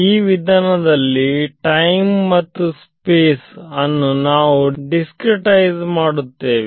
ಈ ವಿಧಾನದಲ್ಲಿ ಟೈಮ್ ಮತ್ತು ಸ್ಪೇಸ್ ಅನ್ನು ನಾವು ಡಿಸ್ಕ್ರೀಟ್ ಐಸ್ ಮಾಡುತ್ತೇವೆ